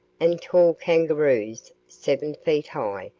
and tall kangaroos, seven feet high,